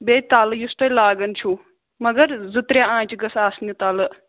بیٚیہِ تَلہٕ یُس تُہۍ لاگَان چھُو مگر زٕ ترٛےٚ آنٛچہِ گٔژھ آسنہِ تَلہٕ